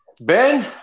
ben